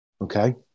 Okay